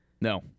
No